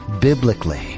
biblically